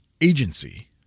Agency